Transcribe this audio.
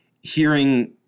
hearing